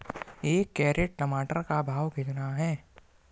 एक कैरेट टमाटर का भाव कितना है?